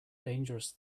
dangerous